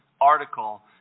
article